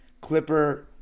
Clipper